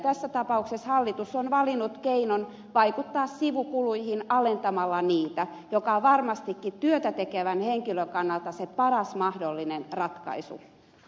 tässä tapauksessa hallitus on valinnut keinon vaikuttaa sivukuluihin alentamalla niitä mikä on varmastikin työtä tekevän henkilön kannalta se paras mahdollinen ratkaisu